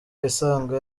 yisanga